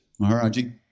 Maharaji